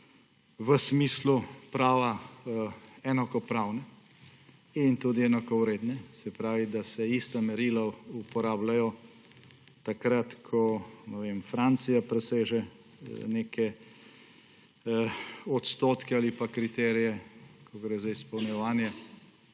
v smislu prava enakopravne in tudi enakovredne. Se pravi, da se ista merila uporabljajo takrat, ko na primer Francija preseže neke odstotke ali kriterije, ko gre za izpolnjevanje